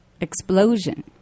explosion